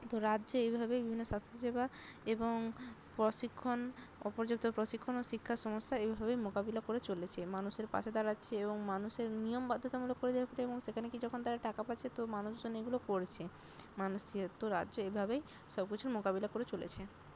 তো রাজ্যে এইভাবেই বিভিন্ন স্বাস্থ্য সেবা এবং প্রশিক্ষণ অপর্যাপ্ত প্রশিক্ষণ ও শিক্ষার সমস্যা এইভাবেই মোকাবিলা করে চলেছে মানুষের পাশে দাঁড়াচ্ছে এবং মানুষের নিয়ম বাধ্যতামূলক করে দেওয়ার ফলে এবং সেখানে গিয়ে যখন তারা টাকা পাচ্ছে তো মানুষজন এগুলো করছে মানুষের তো রাজ্যে এইভাবেই সব কিছুর মোকাবিলা করে চলেছে